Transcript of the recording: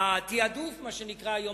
תעדוף מה שנקרא היום,